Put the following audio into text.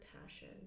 passion